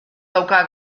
dauka